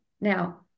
Now